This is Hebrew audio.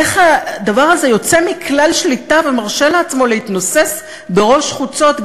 איך הדבר הזה יוצא מכלל שליטה ומרשה לעצמו להתנוסס בראש חוצות,